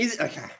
Okay